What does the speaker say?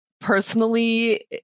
personally